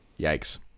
Yikes